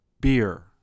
beer